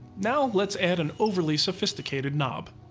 now let's add an overly sophisticated nob.